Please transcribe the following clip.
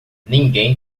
ninguém